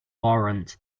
warrant